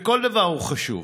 כל דבר הוא חשוב,